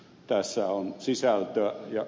tässä on sisältöä